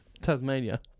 Tasmania